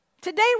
Today